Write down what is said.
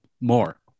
More